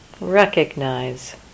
recognize